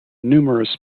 numerous